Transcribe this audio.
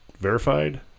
verified